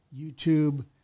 YouTube